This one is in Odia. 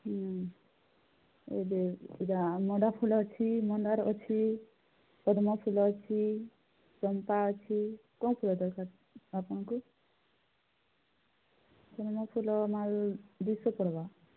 ହୁଁ ଏବେ ପୂଜା ମଣ୍ଡା ଫୁଲ ଅଛି ମନ୍ଦାର ଅଛି ପଦ୍ମ ଫୁଲ ଅଛି ଚମ୍ପା ଅଛି କେଉଁ ଫୁଲ ଦରକାର ଆପଣଙ୍କୁ ପଦ୍ମ ଫୁଲ ମାଲ୍ ଦୁଇଶହ ପଡ଼ବା